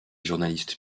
journalistes